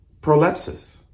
prolepsis